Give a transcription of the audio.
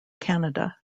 canada